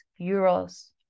euros